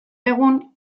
egun